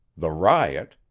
the riot,